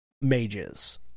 mages